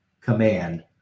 command